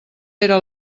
era